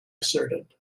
asserted